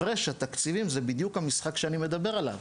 הפרש התקציבים זה בדיוק המשחק שאני מדבר עליו.